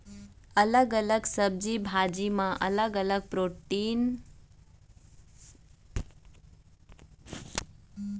अलग अलग सब्जी भाजी म अलग अलग किसम के प्रोटीन, बिटामिन होथे